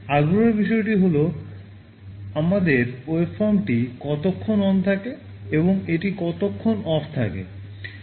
আগ্রহের বিষয়টি হল আমাদের ওয়েভফর্মটি কত ক্ষণ ON থাকে এবং এটি কতক্ষণ OFF থাকে